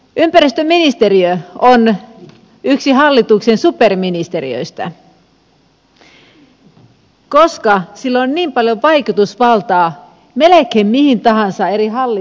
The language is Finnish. ympäristöministeriö on yksi hallituksen superministeriöistä koska sillä on niin paljon vaikutusvaltaa melkein mihin tahansa eri hallintoalaan